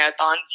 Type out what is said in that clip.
marathons